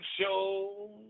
Show